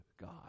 God